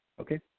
okay